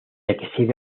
exhibe